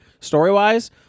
story-wise